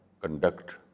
conduct